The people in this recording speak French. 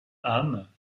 âme